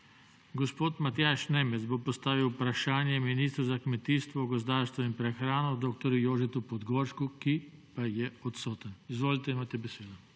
Gospod Matjaž Nemec bo postavil vprašanje ministru za kmetijstvo, gozdarstvo in prehrano dr. Jožetu Podgoršku, ki pa je odsoten. Izvolite, imate besedo.